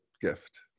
gift